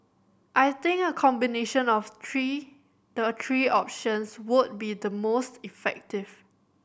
I think a combination of three the three options would be the most effective